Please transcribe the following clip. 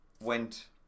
went